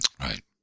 Right